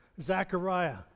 Zechariah